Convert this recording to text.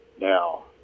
Now